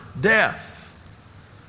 death